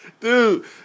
Dude